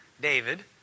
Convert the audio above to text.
David